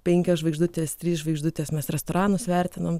penkios žvaigždutės trys žvaigždutės mes restoranus vertinam